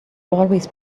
always